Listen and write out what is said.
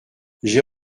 j’ai